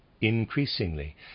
Increasingly